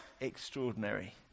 extraordinary